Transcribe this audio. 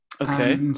Okay